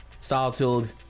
Solitude